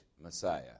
Messiah